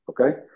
okay